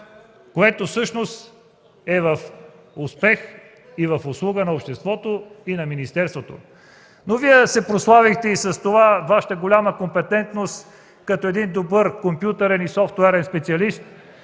което всъщност е успех и е в услуга и на обществото, и на министерството. Но Вие се прославихте и с Вашата голяма компетентност като добър компютърен и софтуерен специалист,